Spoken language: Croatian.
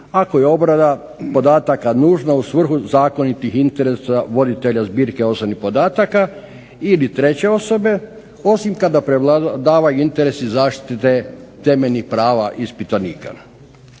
ako je obrada podataka nužna u svrhu zakonitih interesa voditelja zbirke osobnih podatka ili treće osobe, osim kada prevladavaju interesi zaštite temeljnih prava ispitanika.